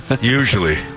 Usually